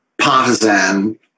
partisan